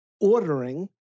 ordering